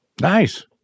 Nice